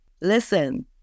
listen